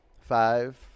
five